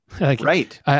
Right